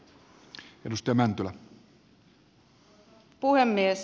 arvoisa puhemies